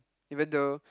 even though